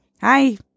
Hi